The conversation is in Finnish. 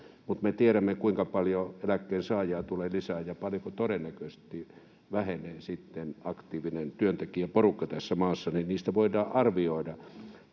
Mutta me tiedämme, kuinka paljon eläkkeensaajia tulee lisää ja paljonko todennäköisesti vähenee sitten aktiivinen työntekijäporukka tässä maassa, jolloin niistä voidaan arvioida.